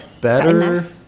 better